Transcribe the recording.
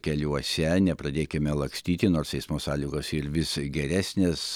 keliuose nepradėkime lakstyti nors eismo sąlygos ir visai geresnės